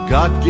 God